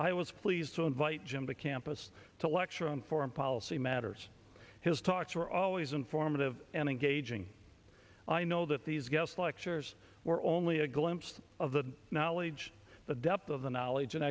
i was pleased to invite him to campus to lecture on foreign policy matters his talks are always informative and engaging i know that these guest lectures were only a glimpse of the knowledge the depth of the knowledge and